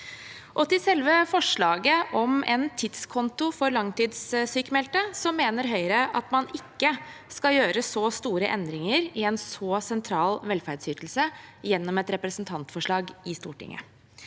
Til selve forslaget om en tidskonto for langtidssykmeldte mener Høyre at man ikke skal gjøre så store endringer i en så sentral velferdsytelse gjennom et representantforslag i Stortinget.